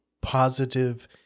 positive